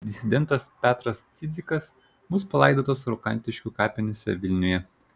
disidentas petras cidzikas bus palaidotas rokantiškių kapinėse vilniuje